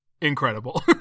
incredible